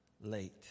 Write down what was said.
late